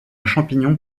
champignon